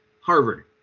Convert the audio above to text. Harvard